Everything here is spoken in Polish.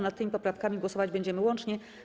Nad tymi poprawkami głosować będziemy łącznie.